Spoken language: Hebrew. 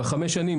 בחמש שנים,